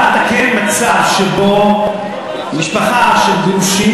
החוק בא לתקן מצב שבו במשפחה של גרושים,